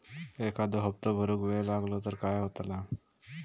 एखादो हप्तो भरुक वेळ लागलो तर काय होतला?